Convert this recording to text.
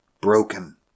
broken